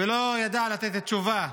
ולא ידע לתת תשובה,